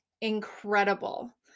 incredible